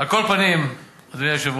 על כל פנים, אדוני היושב-ראש,